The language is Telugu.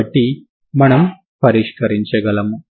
కాబట్టి మనం పరిష్కరించగలము